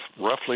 roughly